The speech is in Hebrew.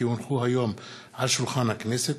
כי הונחו היום על שולחן הכנסת,